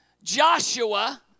Joshua